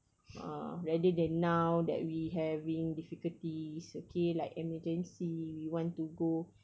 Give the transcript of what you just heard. ah rather than now that we having difficulties okay like emergency we want to go